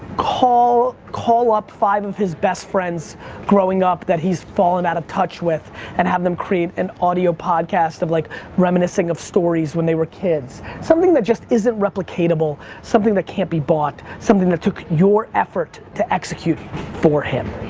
call call up five of his best friends growing up that he's fallen out of touch with and have them create an audio podcast of like reminiscing of stories when they were kids, something that just isn't replicatable, something that can't be bought, something that took your effort to execute for him.